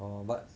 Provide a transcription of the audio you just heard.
oh but